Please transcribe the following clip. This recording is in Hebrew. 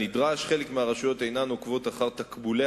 חלק מהרשויות אינן עוקבות אחר תקבולי